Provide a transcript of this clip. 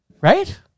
Right